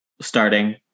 starting